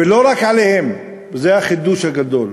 ולא רק עליהם, וזה החידוש הגדול.